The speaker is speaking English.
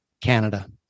Canada